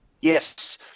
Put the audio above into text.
Yes